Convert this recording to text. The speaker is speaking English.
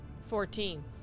Fourteen